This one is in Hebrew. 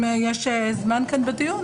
אם יש כאן זמן בדיון,